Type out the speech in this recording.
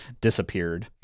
disappeared